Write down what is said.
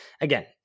again